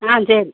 ஆ சரி